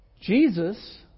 Jesus